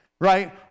right